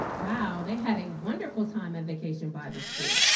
wow, they had a wonderful time at vacation bible school